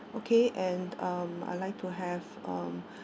okay and um I'd like to have um